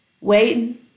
waiting